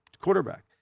quarterback